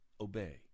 obey